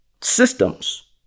Systems